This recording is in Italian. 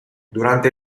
durante